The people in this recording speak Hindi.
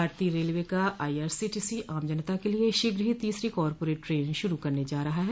भारतीय रेलवे का आईआरसीटीसी आम जनता के लिए शीघ्र ही तीसरी कॉपोरेट ट्रेन शुरू करने जा रहा है